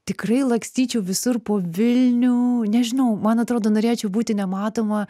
tikrai lakstyčiau visur po vilnių nežinau man atrodo norėčiau būti nematoma